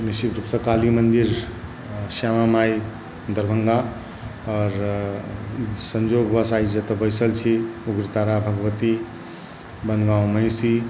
अँ निश्चित रूपसँ काली मन्दिर श्यामा माइ दरभंगा आ संयोगवश आइ जतय बैसल छी उग्रतारा भगवती बनगाँव महिषी